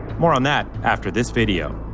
more on that after this video.